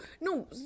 no